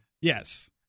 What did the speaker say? Yes